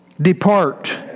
Depart